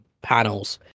panels